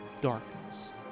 darkness